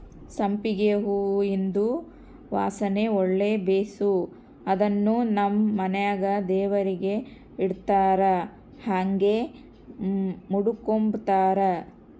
ಸಂಪಿಗೆ ಹೂವಿಂದು ವಾಸನೆ ಒಳ್ಳೆ ಬೇಸು ಅದುನ್ನು ನಮ್ ಮನೆಗ ದೇವರಿಗೆ ಇಡತ್ತಾರ ಹಂಗೆ ಮುಡುಕಂಬತಾರ